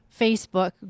Facebook